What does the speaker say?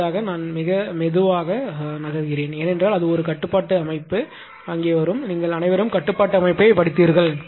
இதற்காக நான் மிக மெதுவாக நகர்கிறேன் ஏனென்றால் அது ஒரு கட்டுப்பாட்டு அமைப்பு இங்கே வரும் நீங்கள் அனைவரும் கட்டுப்பாட்டு அமைப்பைப் படித்தீர்கள்